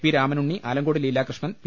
P Ramanunni Alankode Leelakrishnan P